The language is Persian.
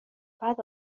بعد